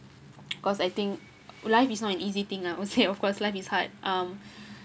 cause I think life is not an easy thing lah was here of course life is hard um